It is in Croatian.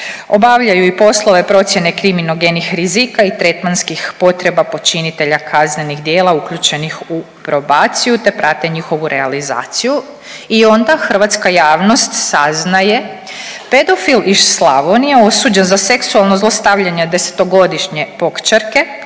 Obavljaju i poslove procjene kriminogenih rizika i tretmanskih potreba počinitelja kaznenih djela uključenih u probaciju te prate njihovu realizaciju. I onda hrvatska javnost saznaje pedofil iz Slavonije osuđen za seksualno zlostavljanje desetogodišnje pokćerke